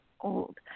old